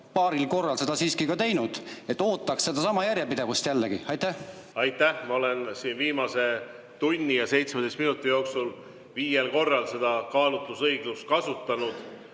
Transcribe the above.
paaril korral seda siiski teinud. Ootaks sedasama järjepidevust [ka praegu]. Aitäh! Ma olen siin viimase tunni ja 17 minuti jooksul viiel korral seda kaalutlusõigust kasutanud